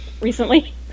recently